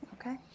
Okay